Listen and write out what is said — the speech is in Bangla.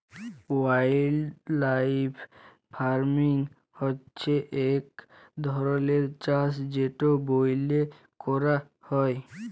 ওয়াইল্ডলাইফ ফার্মিং হছে ইক ধরলের চাষ যেট ব্যইলে ক্যরা হ্যয়